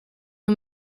who